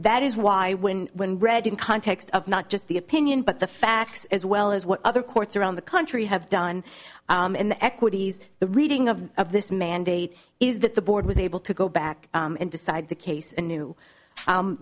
that is why when when read in context of not just the opinion but the facts as well as what other courts around the country have done in the equities the reading of of this mandate is that the board was able to go back and decide the case and knew